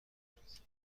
بیاورید